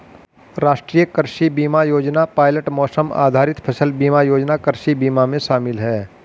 राष्ट्रीय कृषि बीमा योजना पायलट मौसम आधारित फसल बीमा योजना कृषि बीमा में शामिल है